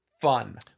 fun